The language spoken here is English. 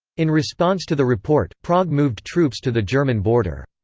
in response to the report, prague moved troops to the german border.